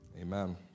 Amen